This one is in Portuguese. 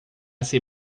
ser